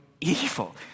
evil